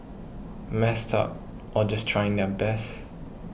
messed up or just trying their best